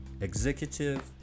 executive